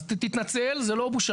אז תתנצל, זה לא בושה.